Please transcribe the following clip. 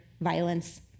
violence